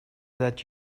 that